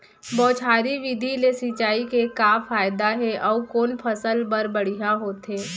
बौछारी विधि ले सिंचाई के का फायदा हे अऊ कोन फसल बर बढ़िया होथे?